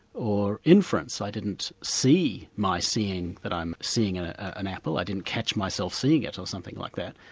or inference i didn't see my seeing that i'm seeing and an apple i didn't catch myself seeing it, or something like that,